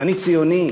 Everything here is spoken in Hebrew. אני ציוני'".